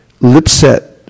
lipset